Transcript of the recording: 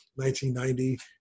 1990